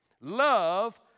Love